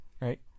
Right